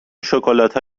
شکلاتها